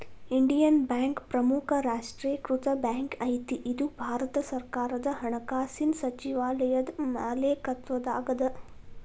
Indian Bank ಪ್ರಮುಖ ರಾಷ್ಟ್ರೇಕೃತ bank ಐತಿ ಇದು ಭಾರತ ಸರ್ಕಾರದ ಹಣಕಾಸಿನ್ ಸಚಿವಾಲಯದ ಮಾಲೇಕತ್ವದಾಗದ